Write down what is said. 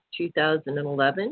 2011